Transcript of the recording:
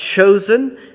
chosen